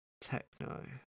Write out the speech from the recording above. techno